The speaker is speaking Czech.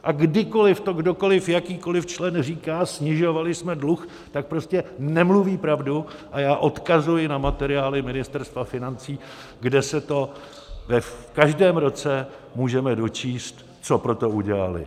A kdykoliv to kdokoliv, jakýkoliv člověk říká, snižovali jsme dluh, tak prostě nemluví pravdu a já odkazuji na materiály Ministerstva financí, kde se to v každém roce můžeme dočíst, co pro to udělali.